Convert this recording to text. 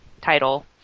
title